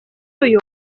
uyu